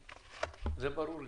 זה ברור לי,